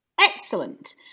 Excellent